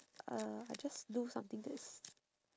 uh I just do something that is